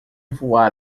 voar